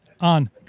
on